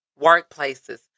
workplaces